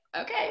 okay